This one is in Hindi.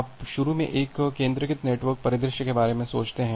आप शुरू में एक केंद्रीकृत नेटवर्क परिदृश्य के बारे में सोचते हैं